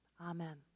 Amen